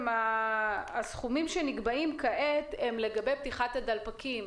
הסכומים שנקבעים כעת הם לגבי פתיחת הדלפקים,